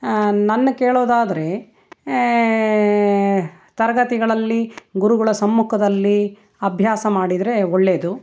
ನನ್ನ ಕೇಳೋದಾದರೆ ತರಗತಿಗಳಲ್ಲಿ ಗುರುಗಳ ಸಮ್ಮುಖದಲ್ಲಿ ಅಭ್ಯಾಸ ಮಾಡಿದರೆ ಒಳ್ಳೆಯದು